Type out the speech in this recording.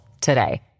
today